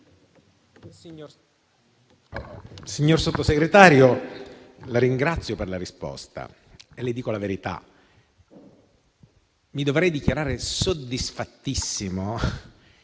Signor Sottosegretario, la ringrazio per la risposta e le dico la verità: mi dovrei dichiarare assolutamente